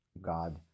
God